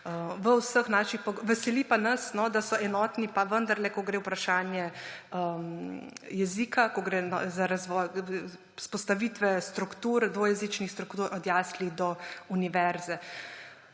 na Koroškem. Veseli pa nas, da so enotni pa vendarle, ko gre za vprašanje jezika, ko gre za vzpostavitve dvojezičnih struktur od jasli do univerze.